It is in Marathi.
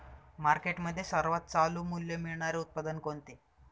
मार्केटमध्ये सर्वात चालू मूल्य मिळणारे उत्पादन कोणते?